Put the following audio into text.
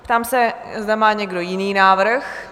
Ptám se, zda má někdo jiný návrh?